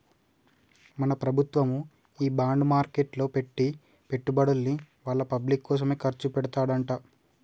మన ప్రభుత్వము ఈ బాండ్ మార్కెట్లో పెట్టి పెట్టుబడుల్ని వాళ్ళ పబ్లిక్ కోసమే ఖర్చు పెడతదంట